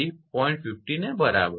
15 બરાબર છે